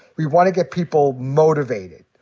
we want to get people motivated.